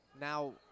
now